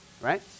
right